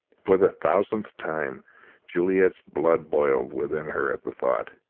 for the thousandth time juliet's blood boiled within her at the thought,